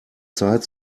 zeit